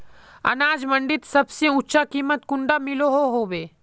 अनाज मंडीत सबसे ऊँचा कीमत कुंडा मिलोहो होबे?